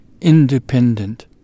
independent